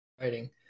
writing